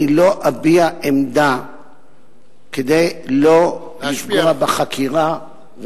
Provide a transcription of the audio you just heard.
אני לא אביע עמדה כדי לא לפגוע בחקירה,